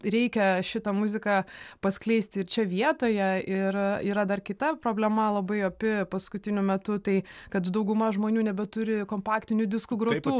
reikia šitą muziką paskleisti ir čia vietoje ir yra dar kita problema labai opi paskutiniu metu tai kad dauguma žmonių nebeturi kompaktinių diskų grotuvų